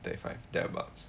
thirty five thereabout